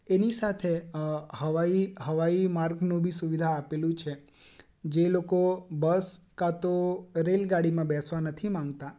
એની સાથે હવાઈ હવાઈ માર્ગનું બી સુવિધા આપેલું છે જે લોકો બસ કાંતો રેલગાડીમાં બેસવા નથી માંગતા